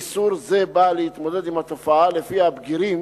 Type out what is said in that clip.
איסור זה בא להתמודד עם התופעה שלפיה בגירים